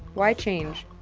why change?